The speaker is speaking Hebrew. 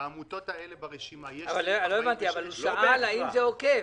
לעמותות האלה ברשימה יש --- הוא שאל האם זה עוקב.